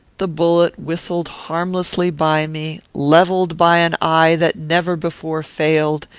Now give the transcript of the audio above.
the bullet whistled harmlessly by me levelled by an eye that never before failed,